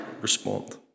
respond